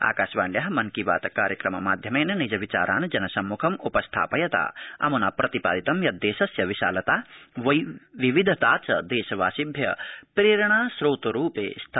आकाशवाण्या मन की आत कार्यक्रम माध्यमेन निज विचारान् जन सम्मुखम्पस्थापयता अम्ना प्रतिपादितं यत् देशस्य विशालता विविधता च देशवासिभ्य प्रेरणास्रोतोरुपे स्त